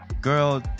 girl